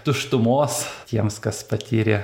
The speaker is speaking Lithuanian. tuštumos tiems kas patyrė